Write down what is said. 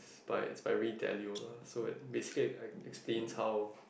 by it's by lah so it basically I I explains how